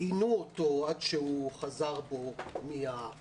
עינו אותו עד שהוא חזר בו מהדברים.